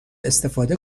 استفاده